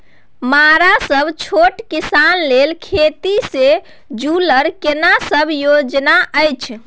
मरा सब छोट किसान लेल खेती से जुरल केना सब योजना अछि?